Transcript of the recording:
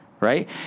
right